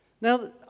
Now